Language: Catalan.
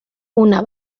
una